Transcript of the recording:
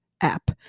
app